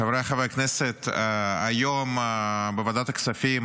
חבריי חברי הכנסת, היום בוועדת הכספים,